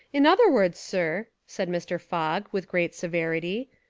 in other words, sir, said mr. fogg, with great severity,